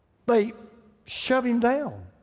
they shove him down?